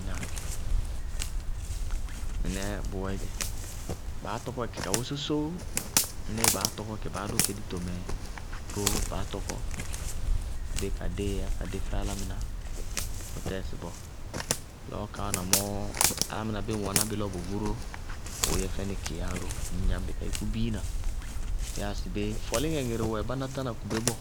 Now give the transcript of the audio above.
Ŋnáa? Mɩnɛɛ bʋwɛɛdzɛ, baá tɔkɔ kɛ ka weésósó, lɔ baá dʋ kɛ ditomɛ ró baá tɔkɔ kubé, kadée yá, kadé fɛ álámɩná, bʋtɛɛ sɩsɩ bɔɔ. Lɔ ká wáana mɔɔ álámɩná bíɩ ŋ wɛná bɩ bʋʋ yɛ fɛnɩ kɩyáa, ŋñ gnañ bɩ ka yúkú biina. Yáa sɩbé, fɔlíŋɛ ŋɩrɩ wɛ báná tána kubé bɔɔ,